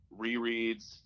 rereads